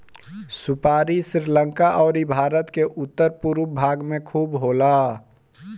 सुपारी श्रीलंका अउरी भारत के उत्तर पूरब भाग में खूब होला